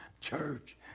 church